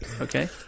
okay